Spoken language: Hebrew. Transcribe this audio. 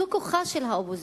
זה כוחה של האופוזיציה.